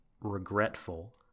regretful